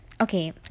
okay